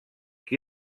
qui